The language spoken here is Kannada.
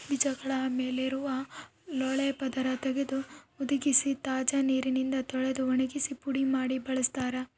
ಬೀಜಗಳ ಮೇಲಿರುವ ಲೋಳೆಯ ಪದರ ತೆಗೆದು ಹುದುಗಿಸಿ ತಾಜಾ ನೀರಿನಿಂದ ತೊಳೆದು ಒಣಗಿಸಿ ಪುಡಿ ಮಾಡಿ ಬಳಸ್ತಾರ